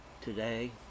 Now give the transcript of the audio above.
Today